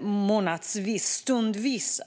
månadsvis och stundvis.